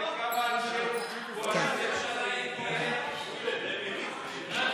ההצעה להעביר את הצעת חוק חובת המכרזים (תיקון מס' 4,